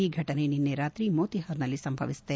ಈ ಫಟನೆ ನಿನ್ನೆ ರಾತ್ರಿ ಮೋತಿಹಾರ್ನಲ್ಲಿ ಸಂಭವಿಸಿದೆ